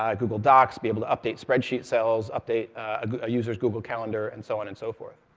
um google docs, be able to update spreadsheet cells, update a user's google calendar and so on and so forth.